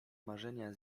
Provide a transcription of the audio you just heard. marzenia